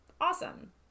Awesome